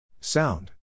Sound